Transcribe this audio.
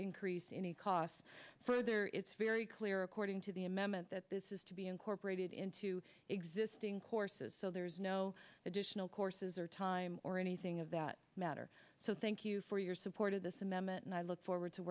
increase any costs further it's very clear according to the amendment that this is to be incorporated into existing courses so there is no additional courses or time or anything of that matter so thank you for your support of this amendment and i look forward to